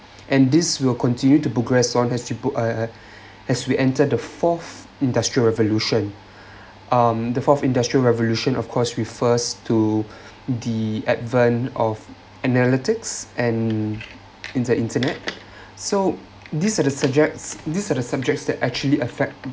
and this will continue to progress on uh as we entered the fourth industrial revolution um the fourth industrial revolution of course refers to the advent of analytics and the internet so these are the subjects these are the subjects that actually affect